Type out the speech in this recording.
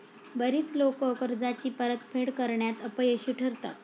बरीच लोकं कर्जाची परतफेड करण्यात अपयशी ठरतात